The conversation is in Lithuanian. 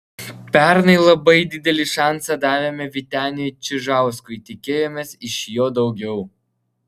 pernai labai didelį šansą davėme vyteniui čižauskui tikėjomės iš jo daugiau